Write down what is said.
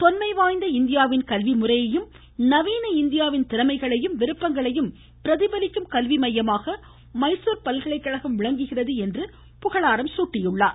தொன்மை வாய்ந்த இந்தியாவின் கல்வி முறையையும் நவீன இந்தியாவின் திறமைகளையும் விருப்பங்களையும் பிரதிபலிக்கும் கல்வி மையமாக மைசூர் பல்கலைக்கழகம் விளங்குகிறது என புகழாரம் சூட்டியுள்ளார்